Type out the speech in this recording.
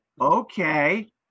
okay